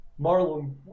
marlon